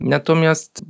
Natomiast